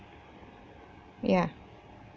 ya